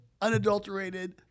unadulterated